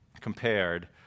compared